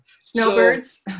Snowbirds